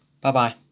Bye-bye